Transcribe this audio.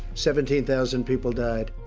seventeen thousand people died.